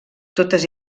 totes